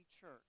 church